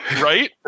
Right